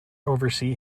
oversee